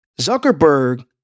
Zuckerberg